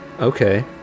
Okay